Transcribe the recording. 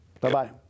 Bye-bye